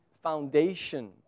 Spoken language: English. foundation